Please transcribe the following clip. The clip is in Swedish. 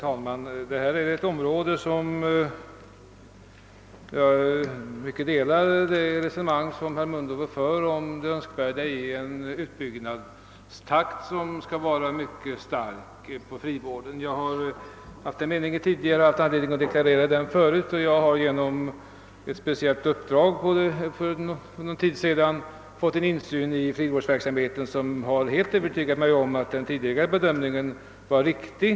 Herr talman! Jag instämmer till stor del i det resonemang som herr Mundebo fört om det önskvärda i en stark utbyggnadstakt för frivården. Jag har tidigare haft anledning att ge uttryck åt liknande synpunkter, och genom ett speciellt uppdrag för någon tid sedan har jag fått en insyn i frivårdsverksamheten som helt övertygat mig om att min tidigare bedömning var riktig.